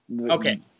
Okay